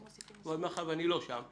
אבל אני לא שם.